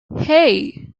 hey